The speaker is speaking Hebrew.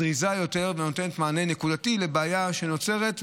זריזה יותר ונותנת מענה נקודתי לבעיה שנוצרת,